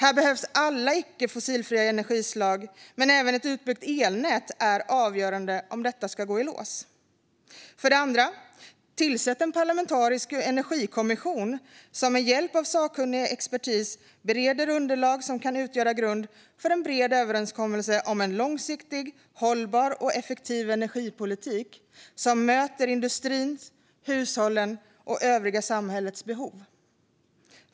Här behövs alla icke-fossila energislag, men även ett utbyggt elnät är avgörande om detta ska gå i lås. För det andra: Tillsätt en parlamentarisk energikommission som med hjälp av sakkunnig expertis bereder underlag som kan utgöra grund för en bred överenskommelse om en långsiktig, hållbar och effektiv energipolitik som möter industrins, hushållens och det övriga samhällets behov.